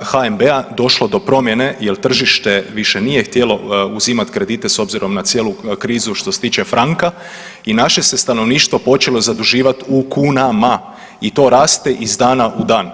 HNB-a došlo do promjene jel tržište više nije htjelo uzimat kredite s obzirom na cijelu krizu što se tiče franka i naše se stanovništvo počelo zaduživat u kunama i to raste iz dana u dan.